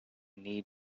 need